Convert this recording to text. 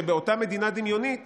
באותה מדינה דמיונית